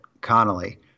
Connolly